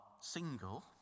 single